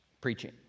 preaching